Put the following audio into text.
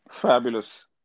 Fabulous